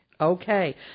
Okay